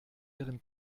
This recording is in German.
ihren